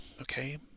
Okay